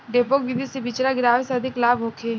डेपोक विधि से बिचरा गिरावे से अधिक लाभ होखे?